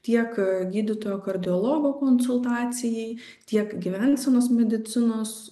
tiek gydytojo kardiologo konsultacijai tiek gyvensenos medicinos